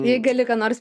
jei gali ką nors